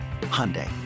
Hyundai